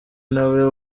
nawe